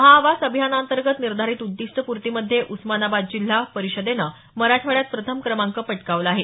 महाआवास अभियानांतर्गत निर्धारित उद्दीष्ट पूर्तीमध्ये उस्मानाबाद जिल्हा परिषदेनं मराठवाड्यात प्रथम क्रमांक पटकावला आहे